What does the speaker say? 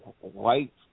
white